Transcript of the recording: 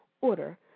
order